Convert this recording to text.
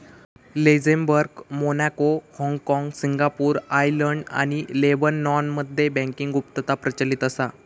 Luxembourg, Monaco, हाँगकाँग, Singapore, Ireland आणि लेबनॉनमध्ये बँकिंग गुप्तता प्रचलित असा